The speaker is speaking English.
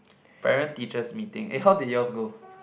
parent teachers meeting eh how did yours go